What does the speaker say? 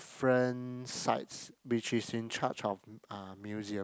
different sites which is in charged of uh museum